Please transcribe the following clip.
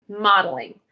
Modeling